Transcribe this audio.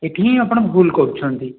ଏଇଠି ହିଁ ଆପଣ ଭୁଲ କରୁଛନ୍ତି